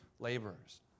laborers